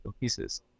pieces